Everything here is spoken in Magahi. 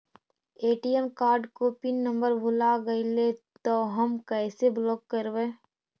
ए.टी.एम कार्ड को पिन नम्बर भुला गैले तौ हम कैसे ब्लॉक करवै?